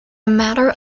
matter